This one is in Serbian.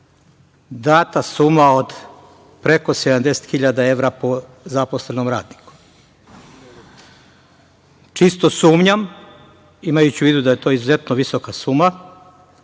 data suma od preko 70.000 evra po zaposlenom radniku? Čisto sumnjam, imajući u vidu da je to izuzetno visoka suma,